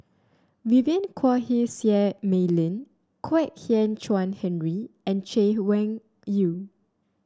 Vivien Quahe Seah Mei Lin Kwek Hian Chuan Henry and Chay Weng Yew